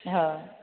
हा